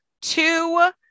two